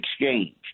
exchange